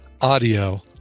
audio